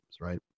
right